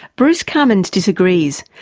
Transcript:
bruce cumings disagrees,